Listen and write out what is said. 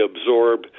absorb